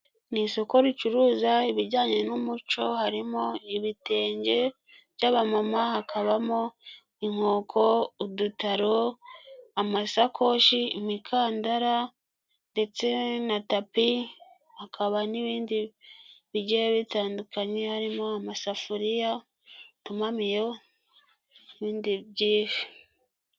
Mu isoko ricuruza ibijyanye n'umuco harimo ibitenge by'abamama hakabamo inkoko, udutaro amasakoshi, imikandara ndetse na tapi, hakaba n'ibindi bigiye bitandukanye harimo amasafuriya, utumamiyo n'ibindi byinshi.